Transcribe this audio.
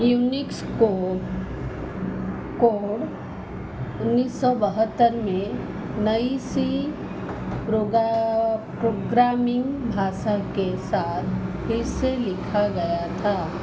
Unix code code उन्नीस सौ बहत्तर में नई सी प्रोगा प्रोग्रामिंग भाषा के साथ फिर से लिखा गया था